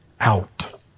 out